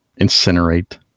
incinerate